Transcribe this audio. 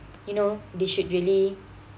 you know they should really